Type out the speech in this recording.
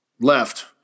left